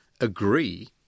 agree